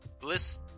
Bliss